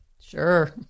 Sure